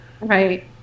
Right